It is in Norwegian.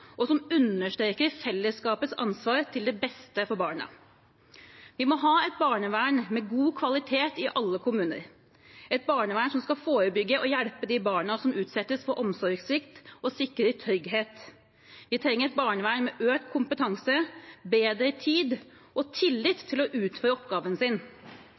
og at den understreker fellesskapets ansvar til det beste for barna. Vi må ha et barnevern med god kvalitet i alle kommuner, et barnevern som skal forebygge og hjelpe de barna som utsettes for omsorgssvikt, og som sikrer trygghet. Vi trenger et barnevern med økt kompetanse, bedre tid og tillit til å utføre oppgaven sin.